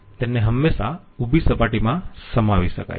તેને હંમેશા ઉભી સપાટીમાં સમાવી શકાય છે